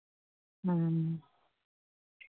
ᱦᱮᱸ